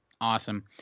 awesome